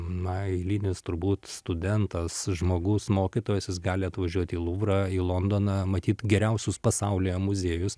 na eilinis turbūt studentas žmogus mokytojas jis gali atvažiuoti į luvrą į londoną matyt geriausius pasaulyje muziejus